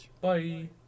Bye